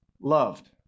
loved